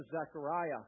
Zechariah